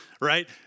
Right